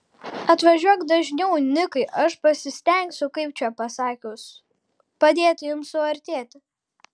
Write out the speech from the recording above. atvažiuok dažniau nikai aš pasistengsiu kaip čia pasakius padėti jums suartėti